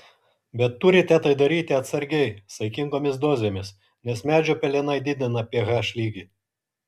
bet turite tai daryti atsargiai saikingomis dozėmis nes medžio pelenai didina ph lygį